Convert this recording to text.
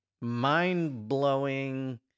mind-blowing